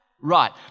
Right